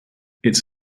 its